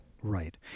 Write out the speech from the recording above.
Right